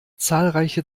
zahlreiche